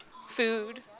food